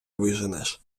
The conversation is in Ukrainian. виженеш